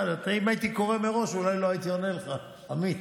אם הייתי קורא מראש אולי לא הייתי עונה לך, עמית,